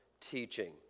teaching